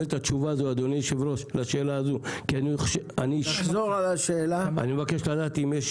קורא לשרה, אם היא באמת רוצה להוסיף